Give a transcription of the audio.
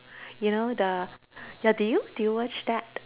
you know the ya do you do you watch that